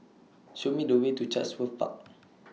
Show Me The Way to Chatsworth Far